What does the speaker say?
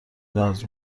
ناز